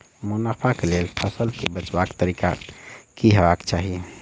मुनाफा केँ लेल फसल केँ बेचबाक तरीका की हेबाक चाहि?